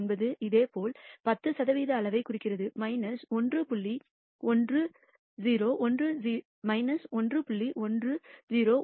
679 இதேபோல் 10 சதவிகித அளது இந்த இரண்டு புள்ளிகளைவைக் குறிக்கிறது 1